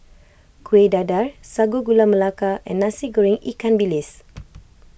Kueh Dadar Sago Gula Melaka and Nasi Goreng Ikan Bilis